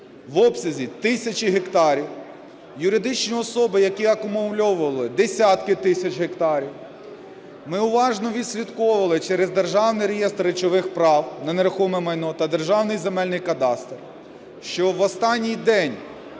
в обсязі тисячі гектарів. Юридичні особи, які акумульовували десятки тисяч гектарів, ми уважно відслідковували через Державний реєстр речових прав на нерухоме майно та Державний земельний кадастр, що в останній день